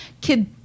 kid